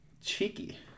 Cheeky